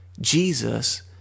Jesus